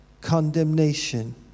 condemnation